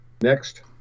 next